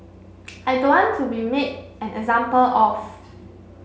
I don't want to be made an example of